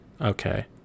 Okay